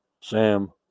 Sam